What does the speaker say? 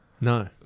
No